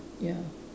ya